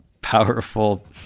powerful